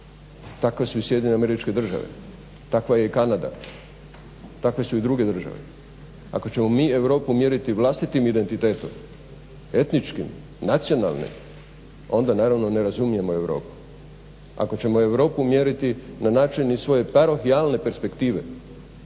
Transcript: Takve su i SAD-e, takva je i Kanada, takve su i druge države. Ako ćemo mi Europu mjeriti vlastitim identitetom, etničkim, nacionalnim onda naravno ne razumijemo Europu. Ako ćemo Europu mjeriti na način iz svoje parohijalne perspektive